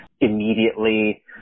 Immediately